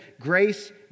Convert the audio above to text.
grace